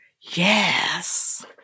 Yes